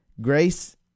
Grace